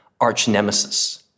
arch-nemesis